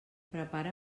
prepara